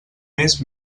més